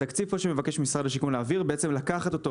התקציב שמשרד השיכון מבקש להעביר, בעצם לקחת אותו